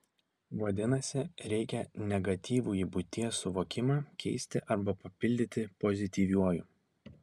vadinasi reikia negatyvųjį buities suvokimą keisti arba papildyti pozityviuoju